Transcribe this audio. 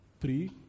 Three